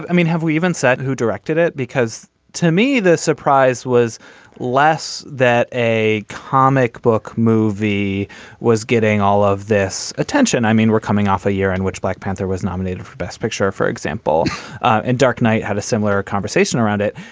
ah i mean have we even said who directed it. because to me the surprise was less that a comic book movie was getting all of this attention. i mean we're coming off a year in which black panther was nominated for best picture for example and dark knight had a similar conversation around it.